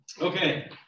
Okay